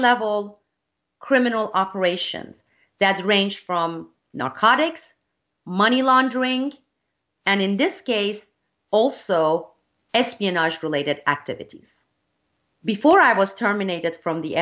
level criminal operations that range from narcotics money laundering and in this case also espionage related activities before i was terminated from the